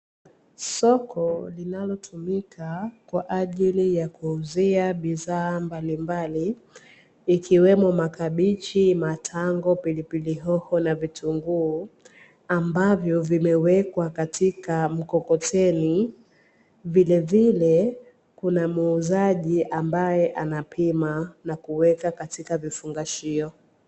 Soko linalotumika kwa ajili ya kuuzia bidhaa mbalimbali vikiwemo: makabichi, matango, pilipili hoho na vitunguu; ambavyo vimewekwa katika mkokoteni. Vilevile kuna muuzaji ambaye anapima na kuweka katika vifungashio.